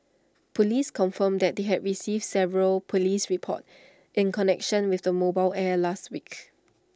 Police confirmed that they had received several Police reports in connection with the mobile air last week